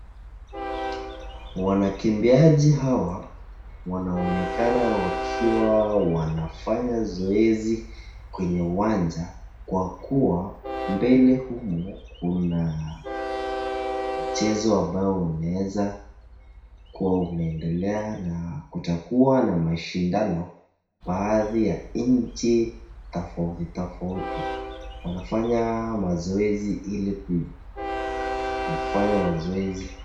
Wanakimbiaji hawa wanaonekana wakiwa wanafanya zoezi kwenye uwaja kwa kuwa, mbele humu kuna mchezo ambayo unaeza kuwa unaendelea na kutakuwa na mashindano baadhi ya nchi tofauti tofauti. Wanafanya mazoezi ili kufanya mazoezi.